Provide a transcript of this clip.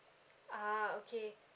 ah okay